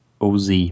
Oz